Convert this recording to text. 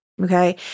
okay